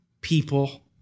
people